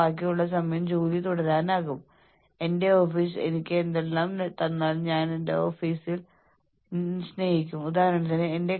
വൈകാരികമായി സെൻസിറ്റീവ് ആയ ആർക്കും അവർ അവരുടെ വികാരങ്ങൾ എങ്ങനെ നിയന്ത്രിക്കാമെന്ന് പഠിക്കുന്നില്ലെങ്കിൽ എങ്ങനെ വിജയകരമായ ഒരു ഡോക്ടറായി മാറുമെന്ന് എനിക്ക് സങ്കൽപ്പിക്കാൻ കഴിയുന്നില്ല